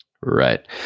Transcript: right